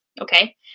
okay